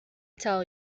tell